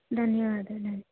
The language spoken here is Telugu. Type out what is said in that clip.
ధన్యవాదాలండి